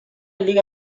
لیگ